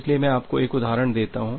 इसलिए मैं आपको एक उदाहरण देता हूं